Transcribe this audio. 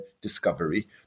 discovery